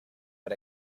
but